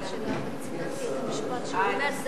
הוכרז.